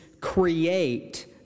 create